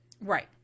Right